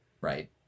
right